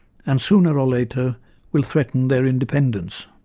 and sooner or later will threaten their independence.